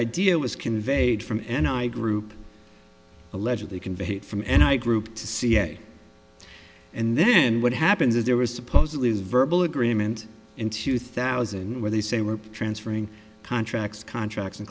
idea was conveyed from and i group allegedly conveyed from and i group to see and then what happens is there was supposedly verbal agreement in two thousand where they say we're transferring contracts contracts and